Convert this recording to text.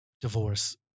divorce